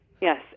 Yes